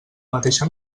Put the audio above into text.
mateixa